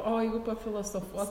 o jeigu pafilosofuot